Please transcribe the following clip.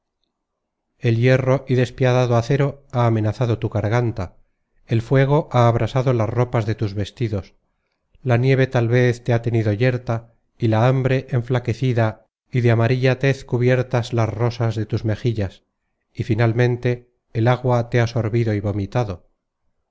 el hierro y despiadado acero ha vamenazado tu garganta el fuego ha abrasado las ropas de tus vestidos la nieve tal vez te ha tenido yerta y la ham bre enflaquecida y de amarilla tez cubiertas las rosas de tus mejillas y finalmente el agua te ha sorbido y vomitado